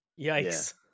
Yikes